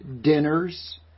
dinners